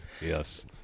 Yes